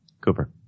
Cooper